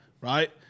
right